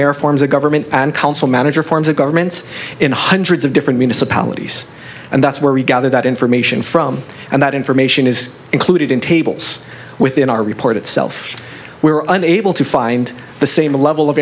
their forms of government and council manager forms of governments in hundreds of different municipalities and that's where we gather that information from and that information is included in tables within our report itself we were unable to find the same level of